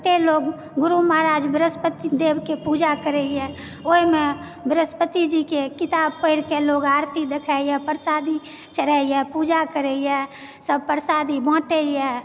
कतय लोग गुरु महाराज वृहस्पतिदेवके पूजा करयए ओहिमे वृहस्पतिजीके किताब पढ़िके लोग आरती देखाबयए प्रसादी चढ़यए पूजा करयए सभ प्रसादी बाँटयए